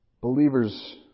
Believers